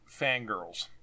fangirls